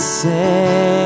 say